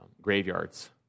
graveyards